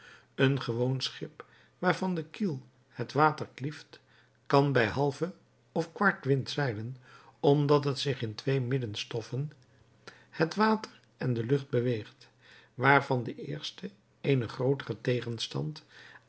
een gewoon schip waarvan de kiel het water klieft kan bij halven of kwart wind zeilen omdat het zich in twee middenstoffen het water en de lucht beweegt waarvan het eerste eenen grooteren tegenstand